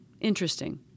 Interesting